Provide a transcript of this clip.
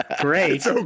great